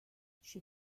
she